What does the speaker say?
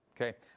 Okay